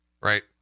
Right